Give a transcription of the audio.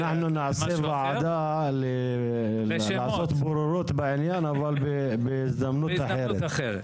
נעשה ועדה לעשות בוררות בעניין אבל בהזדמנות אחרת.